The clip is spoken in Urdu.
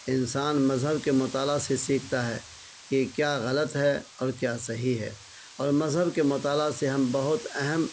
انسان مذہب کے مطالعہ سے سیکھتا ہے کہ کیا غلط ہے اور کیا صحیح ہے اور مذہب کے مطالعہ سے ہم بہت اہم